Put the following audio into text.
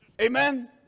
Amen